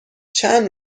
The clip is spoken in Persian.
چند